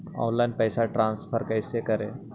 Online पैसा transfer कैसे करे?